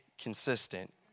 consistent